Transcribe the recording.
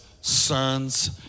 sons